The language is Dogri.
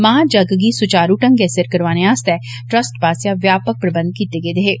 महायज्ञ गी सुचारू ढ़ंग्गै सिर करोआने आस्तै ट्रस्ट पास्सेआ व्यापक प्रबंघ कीते गेदे हे